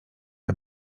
bóg